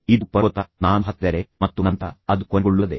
ಇದು ಪರ್ವತ ನಾನು ಹತ್ತಿದರೆ ಮತ್ತು ನಂತರ ಅದು ಕೊನೆಗೊಳ್ಳುತ್ತದೆ